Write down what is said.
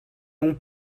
l’on